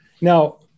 Now